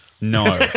No